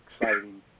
exciting